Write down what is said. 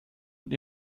und